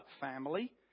family